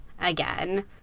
again